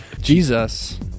Jesus